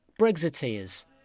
Brexiteers